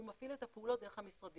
הוא מפעיל את הפעולות דרך המשרדים,